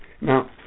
Now